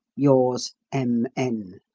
yours, m. n.